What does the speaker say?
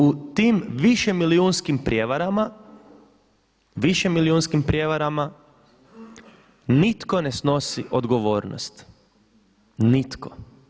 U tim višemilijunskim prijevarama, višemilijunskim prijevarama nitko ne snosi odgovornosti, nitko.